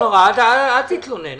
אל תתלונן.